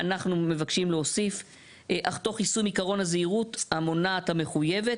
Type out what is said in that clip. ואנחנו מבקשים להוסיף "אך תוך יישום עקרון הזהירות המונעת המחויבת,